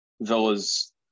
Villa's